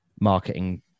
marketing